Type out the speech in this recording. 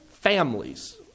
families